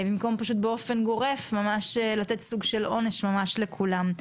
במקום פשוט באופן גורף ממש לתת סוג של "עונש" ממש לכולם.